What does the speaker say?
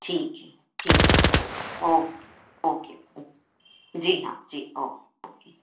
ठीक है ठीक है सर ओके ओके जी हाँ जी ओके ओके